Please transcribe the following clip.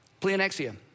pleonexia